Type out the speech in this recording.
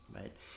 right